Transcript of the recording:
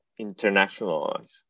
internationalize